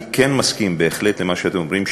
אני כן מסכים בהחלט למה שאתם אומרים,